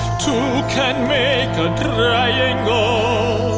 two can make triangle